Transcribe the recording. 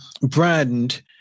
brand